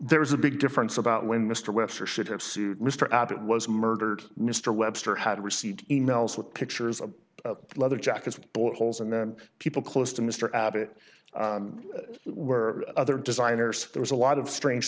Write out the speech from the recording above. there was a big difference about when mr webster should have sued mr abbott was murdered mr webster had received e mails with pictures of leather jackets with bullet holes and then people close to mr abbott were other designers there was a lot of strange